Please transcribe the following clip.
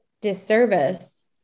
disservice